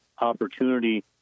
opportunity